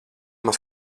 maz